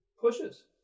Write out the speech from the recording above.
pushes